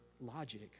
logic